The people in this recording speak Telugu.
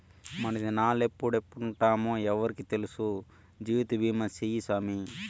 మనదినాలెప్పుడెప్పుంటామో ఎవ్వురికి తెల్సు, జీవితబీమా సేయ్యి సామీ